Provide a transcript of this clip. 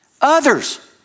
others